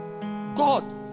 God